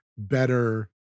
better